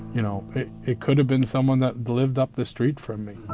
you know it it could've been someone that lived up the street from me.